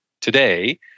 today